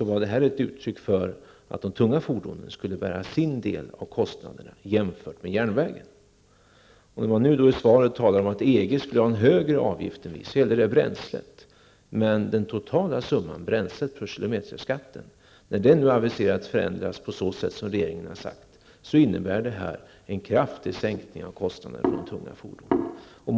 var detta ett uttryck för att de tunga fordonen skulle bära sin del av kostnaderna jämfört med järnvägen. När miljöministern nu i svaret talar om att EG skulle ha en högre avgift än vi, gäller det bränslet. Men den totala summan av bränslet och kilometerskatten, när den nu har aviserats förändras på det sätt som regeringen har sagt, innebär en kraftig sänkning av kostnaderna för de tunga fordonen.